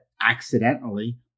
accidentally